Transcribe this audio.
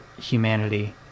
humanity